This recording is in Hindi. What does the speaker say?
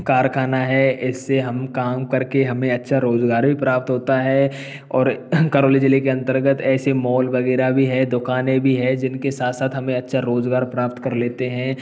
कारखाना है इससे हम काम करके हमें अच्छा रोजगार भी प्राप्त होता है और करौली जिले के अंतर्गत ऐसे मोल वगैरह भी है दुकानें भी है जिनके साथ साथ हमें अच्छा रोजगार प्राप्त कर लेते हैं